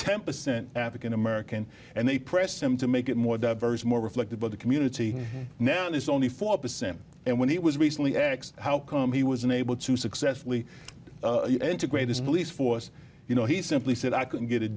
ten percent african american and they pressed him to make it more diverse more reflective of the community now is only four percent and when he was recently x how come he was unable to successfully integrate this police force you know he simply said i couldn't get it